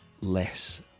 less